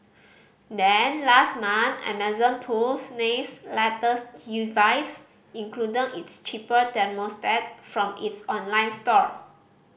then last month Amazon pulls Nest's latest device including its cheaper thermostat from its online store